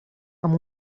amb